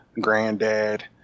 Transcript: Granddad